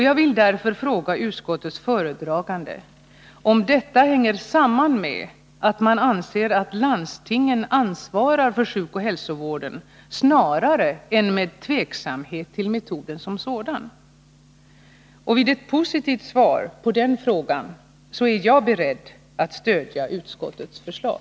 Jag vill därför fråga utskottets föredragande om utskottets ställningstagande i detta avseende hänger samman med att man anser att landstingen ansvarar för sjukoch hälsovården snarare än med tveksamhet till metoden som sådan. Vid ett positivt svar på den frågan är jag beredd att stödja utskottets förslag.